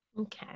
Okay